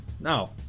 No